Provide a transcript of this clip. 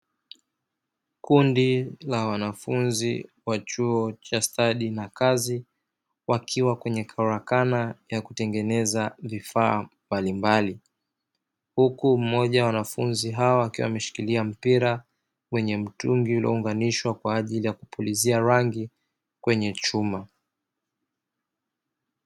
Kundi la wanafunzi wa chuo cha stadi na kazi wakiwa kwenye karakana ya kutengeneza vifaa mbalimbali. Huku mmoja wa wanafunzi hawa akiwa ameshikilia mpira wenye mtungi uliyounganishwa kwa ajili ya kupulizia rangi kwenye chumba.